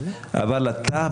אבל אתה,